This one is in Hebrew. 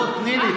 תני לי,